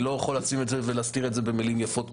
אני לא יכול להסתיר את זה במילים יפות.